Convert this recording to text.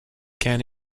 can